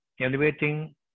elevating